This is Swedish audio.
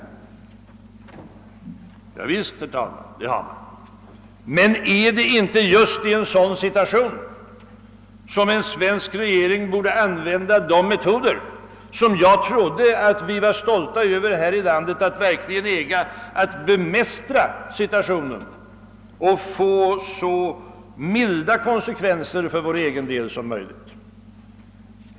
Ja visst, herr talman, det har man, men är det inte just i en sådan situation som en svensk regering borde använda de metoder, som jag trodde att vi var stolta över här i landet att verkligen äga, för att bemästra situationen och få så milda konsekvenser för vår egen del som möjligt.